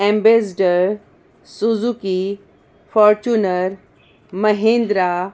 ambassador Suzuki Fortuner Mahindra